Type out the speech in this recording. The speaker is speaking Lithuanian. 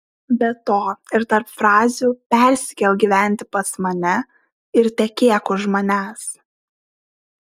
be to ir tarp frazių persikelk gyventi pas mane ir tekėk už manęs